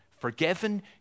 forgiven